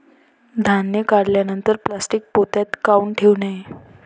धान्य काढल्यानंतर प्लॅस्टीक पोत्यात काऊन ठेवू नये?